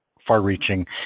far-reaching –